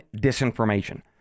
disinformation